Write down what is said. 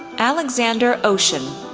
alexander oshin,